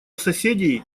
соседей